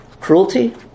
Cruelty